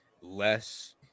less